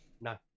No